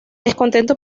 descontento